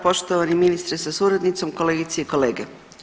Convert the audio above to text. Poštovani ministre sa suradnicom, kolegice i kolege.